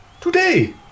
today